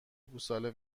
گوساله